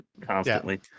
constantly